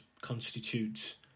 constitutes